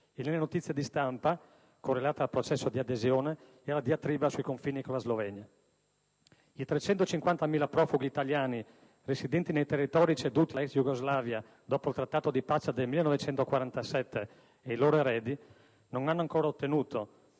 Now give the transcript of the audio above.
e nelle notizie di stampa correlate al processo di adesione e alla diatriba sui confini con la Slovenia. I 350.000 profughi italiani residenti nei territori ceduti alla ex Jugoslavia dopo il Trattato di pace del 1947 ed i loro eredi non hanno ancora ottenuto,